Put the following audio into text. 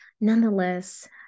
nonetheless